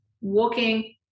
walking